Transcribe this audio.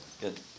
Good